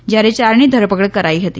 જ્યારે યારની ધરપકડ કરાઈ હતી